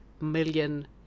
million